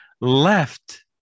left